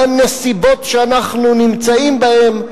בנסיבות שאנחנו נמצאים בהן,